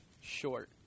short